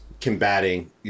combating